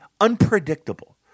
unpredictable